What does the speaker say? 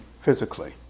physically